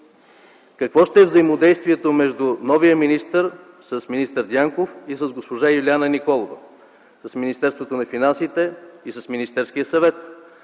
Какво ще е взаимодействието между новия министър, министър Дянков и с госпожа Илияна Николова – с Министерството на финансите и с Министерския съвет?